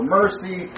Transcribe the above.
mercy